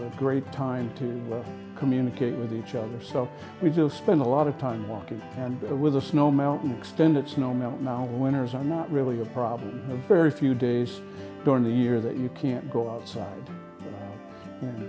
a great time to communicate with each other so we just spend a lot of time walking and with the snow melt extended snow melt now winters are not really a problem very few days during the year that you can't go outside and